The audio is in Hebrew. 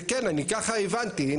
אני ככה הבנתי.